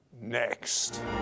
Next